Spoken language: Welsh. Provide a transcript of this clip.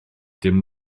dim